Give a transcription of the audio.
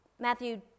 Matthew